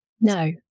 No